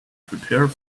prepare